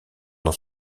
dans